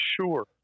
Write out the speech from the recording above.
sure